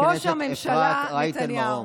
ראש הממשלה נתניהו.